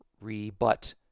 rebut